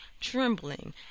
trembling